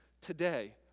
today